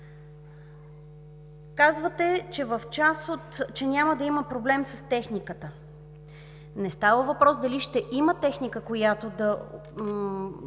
Казвате, че няма да има проблем с техниката. Не става въпрос дали ще има техника, която да